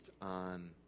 on